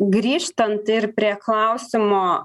grįžtant ir prie klausimo